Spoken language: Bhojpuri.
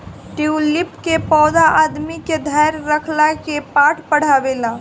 ट्यूलिप के पौधा आदमी के धैर्य रखला के पाठ पढ़ावेला